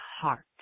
heart